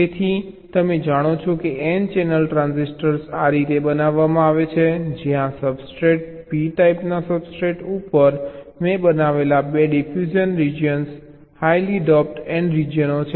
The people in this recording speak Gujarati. તેથી તમે જાણો છો કે n ચેનલ ટ્રાન્ઝિસ્ટર આ રીતે બનાવવામાં આવે છે જ્યાં સબસ્ટ્રેટ p ટાઈપના સબસ્ટ્રેટ ઉપર મેં બનાવેલા 2 ડિફ્યુઝન રીજીયનો હાઇલી ડોપ્ડ n રીજીયનો છે